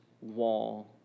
wall